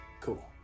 Cool